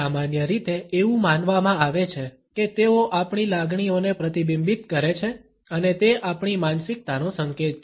સામાન્ય રીતે એવું માનવામાં આવે છે કે તેઓ આપણી લાગણીઓને પ્રતિબિંબિત કરે છે અને તે આપણી માનસિકતાનો સંકેત છે